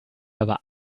aber